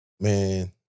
Man